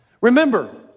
Remember